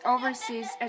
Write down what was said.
Overseas